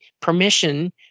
permission